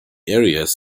areas